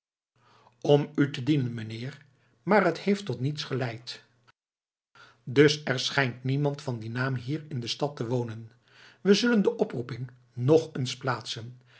om u te dienen mijnheer maar't heeft tot niets geleid dus er schijnt niemand van dien naam hier in de stad te wonen we zullen de oproeping nog eens plaatsen